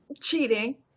cheating